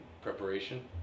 preparation